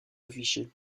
affiché